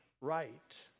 right